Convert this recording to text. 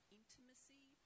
intimacy